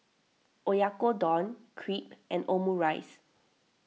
Oyakodon Crepe and Omurice